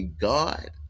God